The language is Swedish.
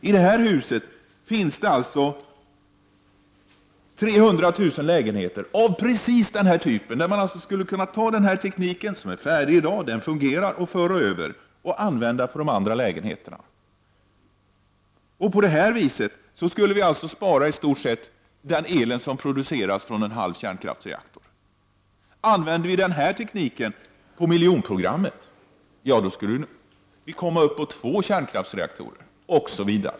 I Sverige finns 300 000 lägenheter av den här typen som man skulle kunna överföra denna teknik på. Tekniken finns färdig och den fungerar. På det här viset skulle vi i stort sett spara den el som produceras från en halv kärnkraftsreaktor. Använder vi den här tekniken på miljonprogrammet skulle spareffekten motsvara elproduktionen från två kärnkraftsreaktorer!